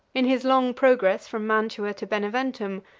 in his long progress from mantua to beneventum,